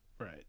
Right